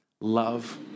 Love